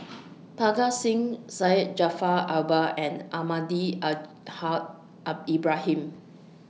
Parga Singh Syed Jaafar Albar and Almahdi Al Haj Ibrahim